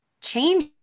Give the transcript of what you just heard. change